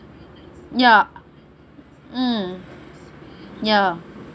ya mm ya